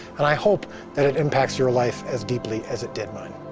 and i hope that it impacts your life as deeply as it did mine.